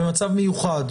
במצב מיוחד.